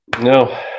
no